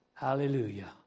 Hallelujah